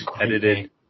edited